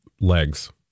Legs